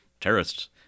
terrorists